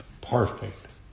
Perfect